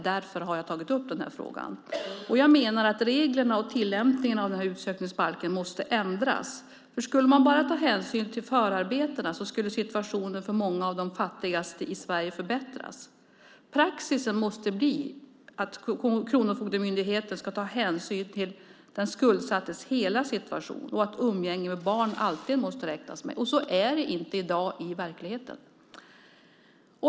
Därför har jag tagit upp den här frågan. Jag menar att reglerna och tillämpningen av den här utsökningsbalken måste ändras. Skulle man bara ta hänsyn till förarbetena skulle situationen för många av de fattigaste i Sverige förbättras. Praxisen måste bli att Kronofogdemyndigheten ska ta hänsyn till den skuldsattes hela situation och att umgänge med barn alltid måste räknas med. Så är det inte i dag i verkligheten.